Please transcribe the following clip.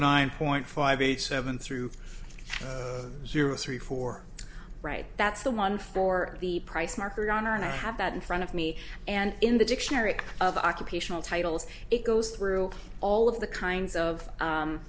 nine point five eight seven through zero three four right that's the one for the price marker honor and i have that in front of me and in the dictionary of occupational titles it goes through all of the kinds of